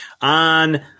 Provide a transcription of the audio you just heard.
on